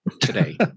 today